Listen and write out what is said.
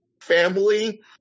family